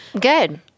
good